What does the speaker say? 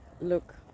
look